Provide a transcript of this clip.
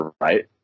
right